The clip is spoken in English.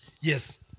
Yes